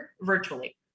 virtually